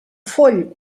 foll